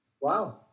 Wow